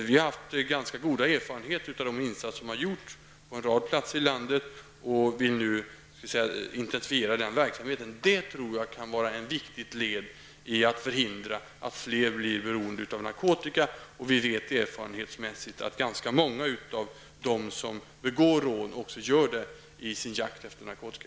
Vi har haft goda erfarenheter av de insatser som har gjorts på en rad platser i landet, och vi vill nu intensifiera den verksamheten. Jag tror att det kan vara ett viktigt led att förhindra att fler blir beroende av narkotika. Vi vet erfarenhetsmässigt att ganska många av dem som begår rån också gör det i sin jakt efter narkotika.